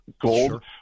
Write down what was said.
gold